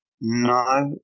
No